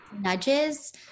nudges